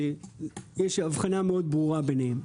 שיש הבחנה מאוד ברורה ביניהן.